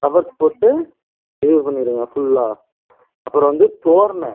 flowers போட்டு இது பண்ணிடுங்க ஃபுல்லாக அப்புறம் வந்து தோரணம்